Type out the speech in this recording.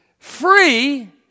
Free